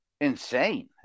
insane